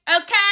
okay